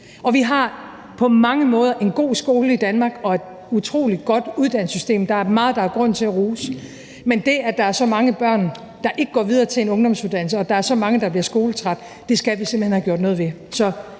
Og vi har på mange måder en god skole i Danmark og et utrolig godt uddannelsessystem. Der er meget, der er grund til at rose, men det, at der er så mange børn, der ikke går videre til en ungdomsuddannelse, og at der er så mange, der bliver skoletrætte, skal vi simpelt hen have gjort noget ved.